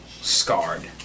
scarred